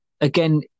again